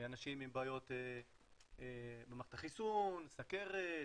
אנשים עם בעיות במערכת החיסון, סכרת,